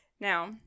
Now